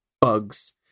Bugs